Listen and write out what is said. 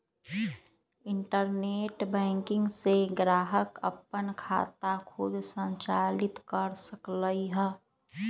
internet banking से ग्राहक अप्पन खाता खुद संचालित कर सकलई ह